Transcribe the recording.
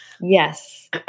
Yes